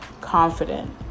confident